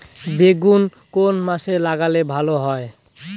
বেগুন কোন মাসে লাগালে ভালো হয়?